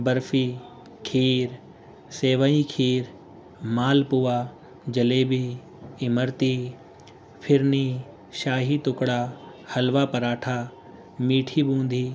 برفی کھیر سیوئی کھیر مال پوا جلیبی امرتی پھرنی شاہی ٹکڑا حلوہ پراٹھا میٹھی بوندی